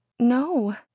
No